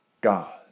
God